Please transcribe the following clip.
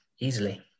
easily